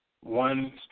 one